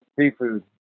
seafood